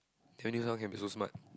then only this one can be so smart